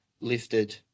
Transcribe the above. lifted